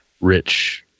rich